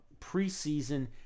preseason